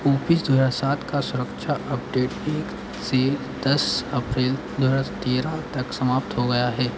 office दो हज़ार सात का सुरक्षा अपडेट एक से दस अप्रैल दो हज़ार तेरह तक समाप्त हो गया है